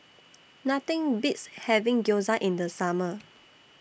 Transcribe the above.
Nothing Beats having Gyoza in The Summer